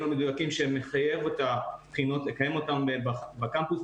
המדויקים שמחייב לקיים את הבחינות בקמפוס,